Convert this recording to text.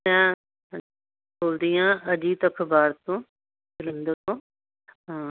ਮੈਂ ਬੋਲਦੀ ਹਾਂ ਅਜੀਤ ਅਦੀਬਾਰ ਤੋਂ ਜਲੰਧਰ ਤੋਂ ਹਾਂ